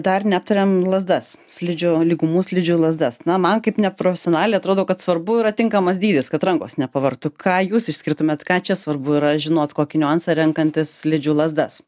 dar neaptarėm lazdas slidžių lygumų slidžių lazdas na man kaip neprofesionalei atrodo kad svarbu yra tinkamas dydis kad rankos nepavartų ką jūs išskirtumėte ką čia svarbu yra žinot kokį niuansą renkantis slidžių lazdas